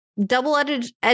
double-edged